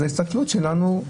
אז ההסתכלות שלנו,